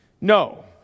no